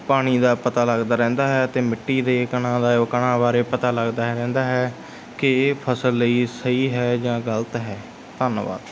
ਪਾਣੀ ਦਾ ਪਤਾ ਲੱਗਦਾ ਰਹਿੰਦਾ ਹੈ ਅਤੇ ਮਿੱਟੀ ਦੇ ਕਣਾਂ ਦਾ ਉਹ ਕਣਾਂ ਬਾਰੇ ਪਤਾ ਲੱਗਦਾ ਰਹਿੰਦਾ ਹੈ ਕਿ ਇਹ ਫਸਲ ਲਈ ਸਹੀ ਹੈ ਜਾਂ ਗਲਤ ਹੈ ਧੰਨਵਾਦ